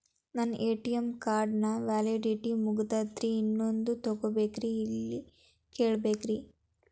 ನನ್ನ ATM card ನ validity ಮುಗದದ್ರಿ ಇನ್ನೊಂದು ತೊಗೊಬೇಕ್ರಿ ಎಲ್ಲಿ ಕೇಳಬೇಕ್ರಿ?